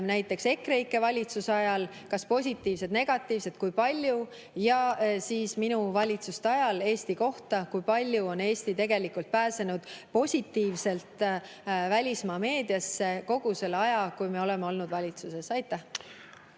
näiteks EKREIKE valitsusajal, kas positiivsed või negatiivsed, kui palju, ja siis minu valitsuse ajal Eesti kohta, kui palju on Eesti tegelikult pääsenud positiivselt välismaa meediasse kogu selle aja, kui me oleme olnud valitsuses. Jaa.